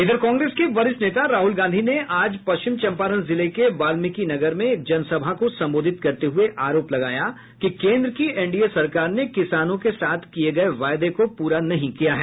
इधर कांग्रेस के वरिष्ठ नेता राहुल गांधी ने आज पश्चिमी चंपारण जिले के वाल्मिकी नगर में एक जनसभा को संबोधित करते हुए आरोप लगाया कि केन्द्र की एनडीए सरकार ने किसानों के साथ किये गये वायदो को पूरा नहीं किया है